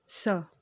स